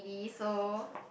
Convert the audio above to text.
is so